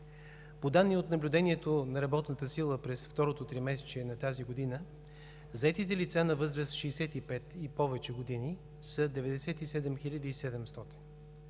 По данни от наблюдението на работната сила през второто тримесечие на тази година заетите лица на възраст 65 и повече години са 97 700.